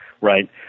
right